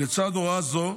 לצד הוראה זו,